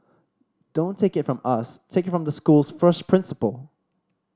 don't take it from us take it from the school's first principal